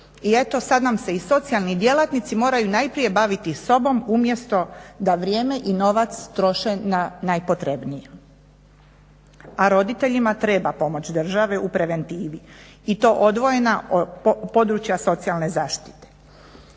i eto sada nam se i socijalni djelatnici moraju najprije baviti sobom umjesto da vrijeme i novac troše na najpotrebnije. A roditeljima treba pomoć države u preventivi i to odvojena područja socijalne zaštite.